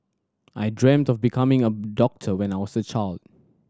I dreamt of becoming a doctor when I was a child